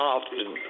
Often